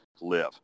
live